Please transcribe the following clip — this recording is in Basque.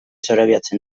zorabiatzen